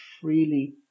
freely